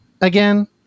again